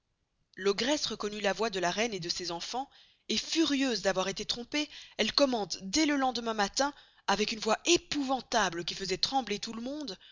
l'ogresse reconnut la voix de la reine et de ses enfans et furieuse d'avoir esté trompée elle commanda dés le lendemain matin avec une voix épouventable qui faisoit trembler tout le monde